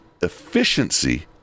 efficiency